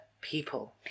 people